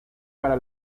para